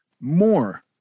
more